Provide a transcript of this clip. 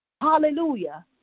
hallelujah